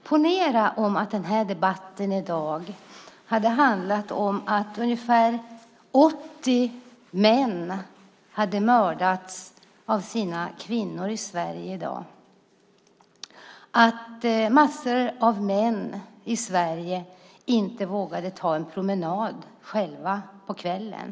Ponera att den här debatten handlade om att ungefär 80 män i Sverige i dag hade mördats av sina kvinnor eller om att en massa män i Sverige inte själva vågade ta en promenad på kvällen!